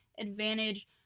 advantage